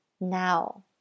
now